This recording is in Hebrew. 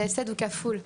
זה הפסד כפול,